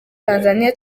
tanzaniya